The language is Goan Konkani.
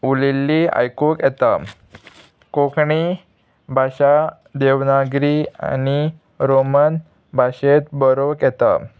उलयल्ली आयकूंक येता कोंकणी भाशा देवनागरी आनी रोमन भाशेंत बरोवंक येता